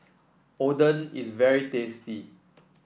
oden is very tasty